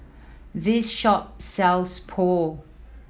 this shop sells Pho